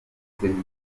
serivisi